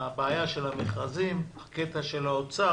אבל הבעיה של המכרזים, הקטע של האוצר,